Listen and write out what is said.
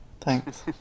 Thanks